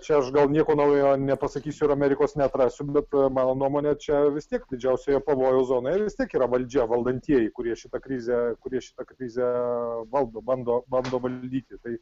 čia aš gal nieko naujo nepasakysiu ir amerikos neatrasiu bet mano nuomone čia vis tiek didžiausioje pavojaus zonoj vis tiek yra valdžia valdantieji kurie šitą krizę kurie šitą krizę valdo bando bando valdyti tai